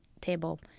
table